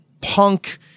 punk